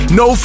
no